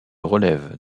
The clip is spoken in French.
relève